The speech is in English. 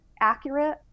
accurate